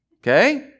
Okay